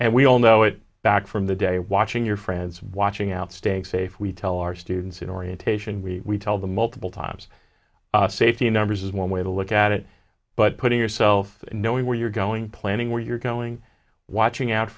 and we all know it back from the day watching your friends watching out stay safe we tell our students in orientation we tell the multiple times safety numbers is one way to look at it but putting yourself knowing where you're going planning where you're going watching out